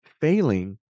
failing